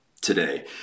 today